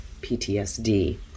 PTSD